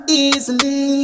easily